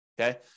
okay